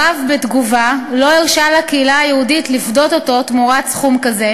הרב בתגובה לא הרשה לקהילה היהודית לפדות אותו תמורת סכום כזה,